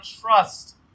trust